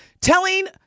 telling